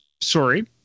Sorry